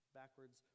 backwards